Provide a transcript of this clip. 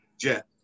jet